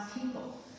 people